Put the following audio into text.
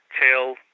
till